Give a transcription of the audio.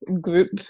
group